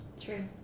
True